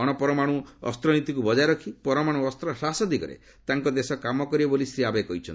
ଅଶପରମାଣୁ ଅସ୍ତନୀତିକୁ ବଜାୟ ରଖି ପରମାଣୁ ଅସ୍ତ୍ରାସ ଦିଗରେ ତାଙ୍କ ଦେଶ କାମ କରିବ ବୋଲି ଶ୍ରୀ ଆବେ କହିଛନ୍ତି